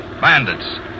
Bandits